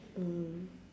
mm